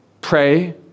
pray